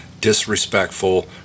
disrespectful